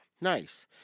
Nice